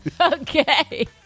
Okay